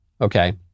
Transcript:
Okay